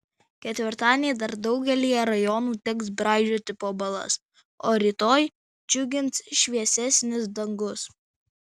ketvirtadienį dar daugelyje rajonų teks braidžioti po balas o rytoj džiugins šviesesnis dangus